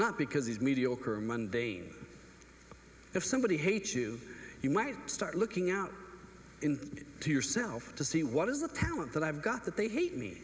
not because he's mediocre monday if somebody hates you you might start looking out in to yourself to see what is the talent that i've got that they hate me